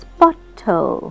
bottle